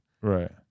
Right